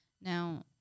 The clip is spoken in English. Now